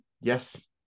yes